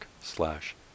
slash